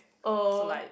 oh